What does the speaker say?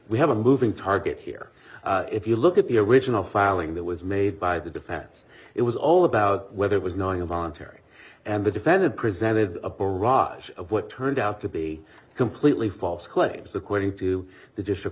we have a moving target here if you look at the original filing that was made by the defense it was all about whether it was knowing involuntary and the defendant presented a barrage of what turned out to be completely false claims according to the dis